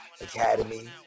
Academy